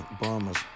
Bombers